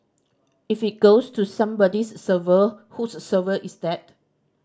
if it goes to somebody's server whose server is that